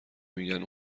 میگن